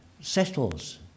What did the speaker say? settles